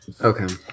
Okay